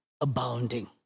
abounding